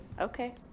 Okay